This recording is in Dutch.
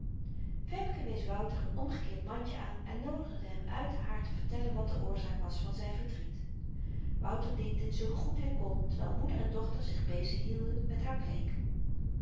femke wees wouter n omgekeerd mandje aan en noodigde hem uit haar te vertellen wat de oorzaak was van zyn verdriet wouter deed dit zoo goed hy kon terwyl moeder en dochter zich bezighielden met haar bleek